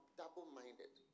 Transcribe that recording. double-minded